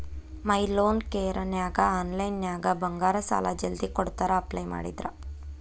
ಮೈ Loan ಕೇರನ್ಯಾಗ ಆನ್ಲೈನ್ನ್ಯಾಗ ಬಂಗಾರ ಸಾಲಾ ಜಲ್ದಿ ಕೊಡ್ತಾರಾ ಅಪ್ಲೈ ಮಾಡಿದ್ರ